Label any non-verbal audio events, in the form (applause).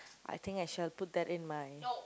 I think I shall put that in my (noise)